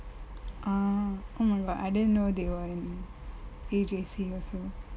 ah oh my god I didn't know they were in A_J_C also